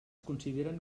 consideren